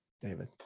David